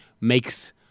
makes